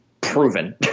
proven